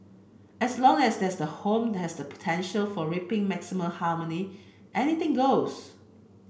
as long as the home has the potential for reaping maximum harmony anything goes